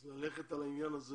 ללכת על העניין הזה,